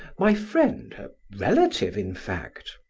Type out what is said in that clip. my friend, a relative in fact.